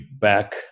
back